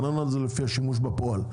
זה לפי השימוש בפועל.